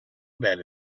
about